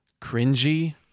cringy